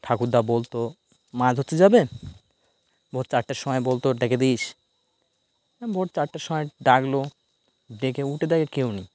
ঠাকুরদা বলত মাছ ধরতে যাবে ভোর চারটার সময় বলত ডেকে দিস ভোর চারটার সময় ডাকল ডেকে উঠে দেখে কেউ নেই